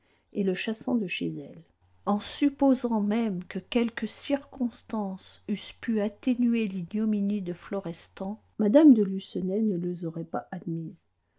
et le chassant de chez elle en supposant même que quelques circonstances eussent pu atténuer l'ignominie de florestan mme de lucenay ne les aurait pas admises